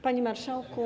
Panie Marszałku!